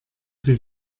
sie